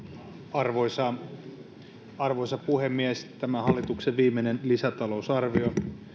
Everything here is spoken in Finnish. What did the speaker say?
arvoisa arvoisa puhemies tämä on hallituksen viimeinen lisätalousarvio olen